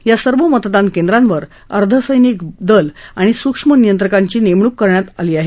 या सर्व मतदानकेंद्रांवर अर्धसैनिक दल आणि सुक्ष्म नियंत्रकांची नेमणूक करण्यात आली आहे